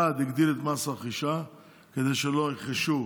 1. הגדיל את מס הרכישה כדי שלא ירכשו